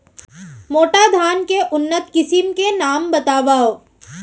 मोटा धान के उन्नत किसिम के नाम बतावव?